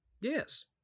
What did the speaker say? Yes